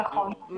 נכון.